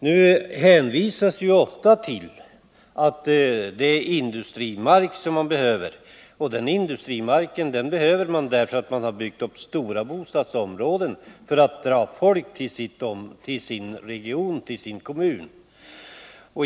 Det hänvisas ofta till att det är industrimark man behöver, och den industrimarken behövs därför att man byggt upp stora bostadsområden för att dra folk till sin region eller kommun.